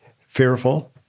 fearful